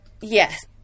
yes